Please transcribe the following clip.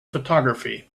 photography